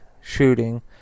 shooting